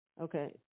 Okay